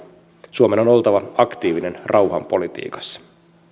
suomen on oltava aktiivinen rauhanpolitiikassa